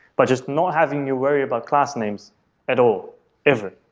but just not having you worry about class names at all ever.